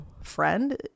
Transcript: friend